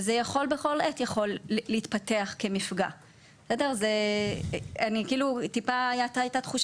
וזה יכול להתפתח כמפגע בכל עת.